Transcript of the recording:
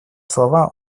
слова